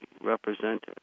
represented